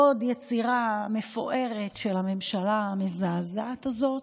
עוד יצירה מפוארת של הממשלה המזעזעת הזאת,